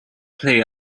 play